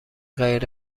غیر